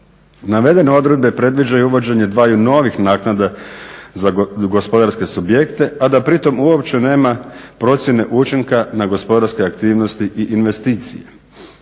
Navedene odredbe predviđaju uvođenje dvaju novih naknada za gospodarske subjekte a da pritom uopće nema procijene učinka na gospodarske aktivnosti i investicije.